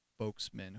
folksmen